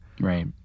Right